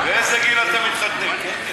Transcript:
באיזה גיל אתם מתחתנים?